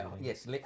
Yes